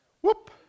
whoop